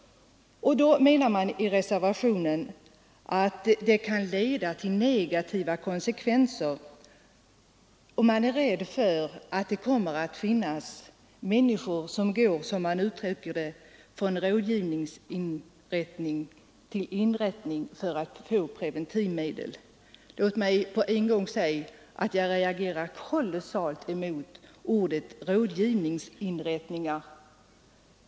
I reservationen menar man att detta kan få negativa konsekvenser. Man är rädd för att det kommer att finnas människor som går från den ena rådgivningsinrättningen till den andra — för att få preventivmedel. Låt mig på en gång säga att jag reagerar kolossalt starkt emot ordet ”rådgivningsinrättningar”.